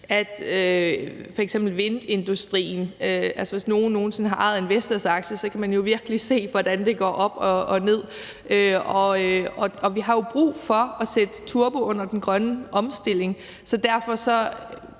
med vindindustrien. Hvis man nogen sinde har ejet en Vestas-aktie, så kan man jo virkelig se, hvordan det går op og ned. Og vi har jo brug for at sætte turbo på den grønne omstilling, så derfor har